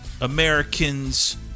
Americans